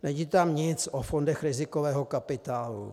Není tam nic o fondech rizikového kapitálu.